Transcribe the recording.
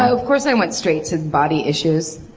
of course i went straight to body issues.